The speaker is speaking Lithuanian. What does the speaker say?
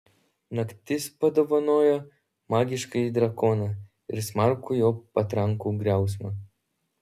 naktis padovanojo magiškąjį drakoną ir smarkų jo patrankų griausmą